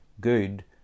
good